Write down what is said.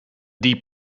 die